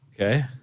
Okay